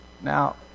Now